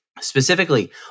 Specifically